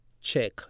check